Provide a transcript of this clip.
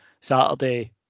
Saturday